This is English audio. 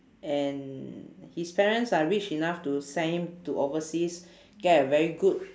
and his parents are rich enough to send him to overseas get a very good